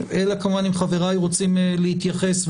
אלא כמובן אם חבריי רוצים להתייחס,